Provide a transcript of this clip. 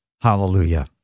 Hallelujah